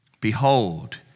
Behold